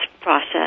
Process